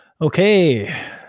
okay